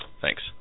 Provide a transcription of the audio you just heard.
Thanks